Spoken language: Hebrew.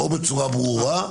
או בצורה ברורה,